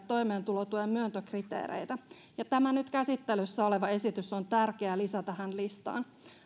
toimeentulotuen myöntökriteereitä ja tämä nyt käsittelyssä oleva esitys on tärkeä lisä tähän listaan